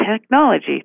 technology